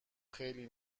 خیلی